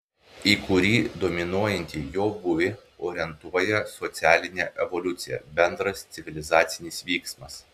į kurį dominuojantį jo būvį orientuoja socialinė evoliucija bendras civilizacinis vyksmas